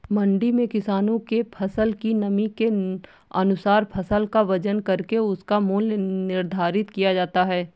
मंडी में किसानों के फसल की नमी के अनुसार फसल का वजन करके उसका मूल्य निर्धारित किया जाता है